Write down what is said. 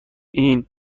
این